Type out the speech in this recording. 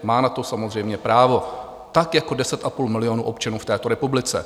Má na to samozřejmě právo tak jako deset a půl milionu občanů v této republice.